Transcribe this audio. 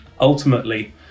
ultimately